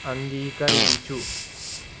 అంగీకరించు